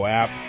app